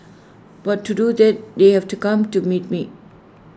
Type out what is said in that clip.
but to do that they have to come to meet me